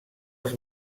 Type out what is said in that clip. els